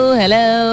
hello